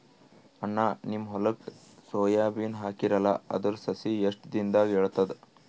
ಅಣ್ಣಾ, ನಿಮ್ಮ ಹೊಲಕ್ಕ ಸೋಯ ಬೀನ ಹಾಕೀರಲಾ, ಅದರ ಸಸಿ ಎಷ್ಟ ದಿಂದಾಗ ಏಳತದ?